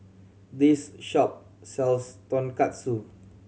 this shop sells Tonkatsu